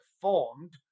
formed